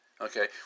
okay